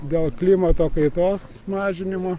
gal klimato kaitos mažinimo